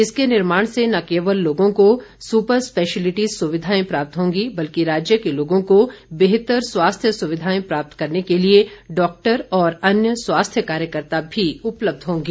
इसके निर्माण से न केवल लोगों को सुपरस्पेशिलिटी सुविधाएं प्राप्त होंगी बल्कि राज्य के लोगों को बेहतर स्वास्थ्य सुविधाएं प्राप्त करने के लिए डॉक्टर और अन्य स्वास्थ्य कार्यकर्ता भी उपलब्ध होंगे